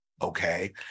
Okay